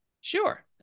Sure